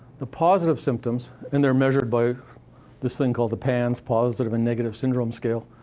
the positive symptoms and they're measured by this thing called the panss, positive and negative syndrome scale,